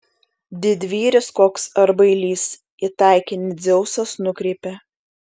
didvyris koks ar bailys į taikinį dzeusas nukreipia